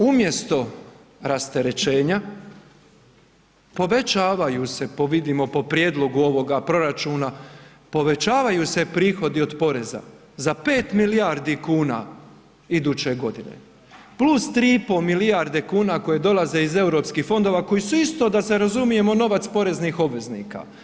Umjesto rasterećenja povećavaju se vidimo po prijedlogu ovoga proračuna povećavaju se prihodi od poreza za 5 milijardi kuna iduće godine, plus 3,5 milijarde kuna koje dolaze iz europskih fondova koji su isto da se razumijemo novac poreznih obveznika.